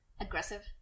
aggressive